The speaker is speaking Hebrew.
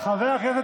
בושה, חבר הכנסת